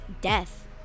death